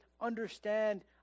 understand